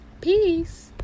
peace